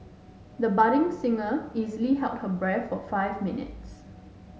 the budding singer easily held her breath for five minutes